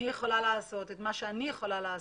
אני יכולה לעשות את מה שאני יכולה לעשות.